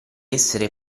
essere